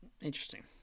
Interesting